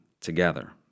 together